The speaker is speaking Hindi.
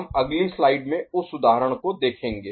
हम अगली स्लाइड में उस उदाहरण को देखेंगे